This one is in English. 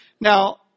Now